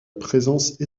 présence